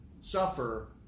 suffer